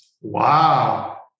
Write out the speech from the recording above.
Wow